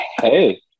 Hey